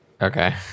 Okay